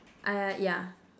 ah yeah